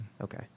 Okay